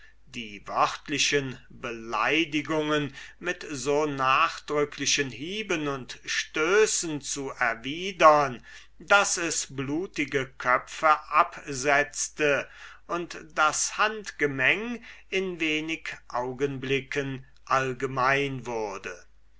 die wörtlichen beleidigungen mit so nachdrücklichen hieben und stößen zu erwidern daß es blutige köpfe absetzte und das handgemeng in wenig augenblicken allgemein wurde